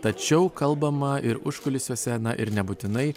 tačiau kalbama ir užkulisiuose na ir nebūtinai